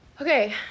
Okay